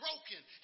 Broken